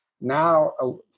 Now